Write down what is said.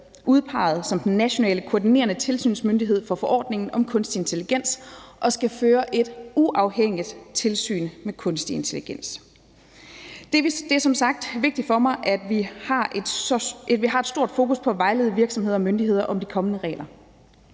udpeget som den nationale koordinerende tilsynsmyndighed for forordningen om kunstig intelligens og skal føre et uafhængigt tilsyn med kunstig intelligens. Det er som sagt vigtigt for mig, at vi har et stort forkus på at vejlede virksomheder og myndigheder om de kommende regler.